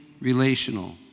relational